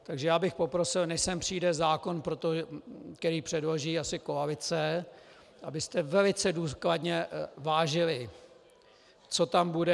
Takže bych poprosil, než sem přijde zákon, který předloží asi koalice, abyste velice důkladně vážili, co tam bude.